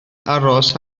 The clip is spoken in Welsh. aros